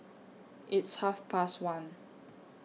its Half Past one